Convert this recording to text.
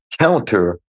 counter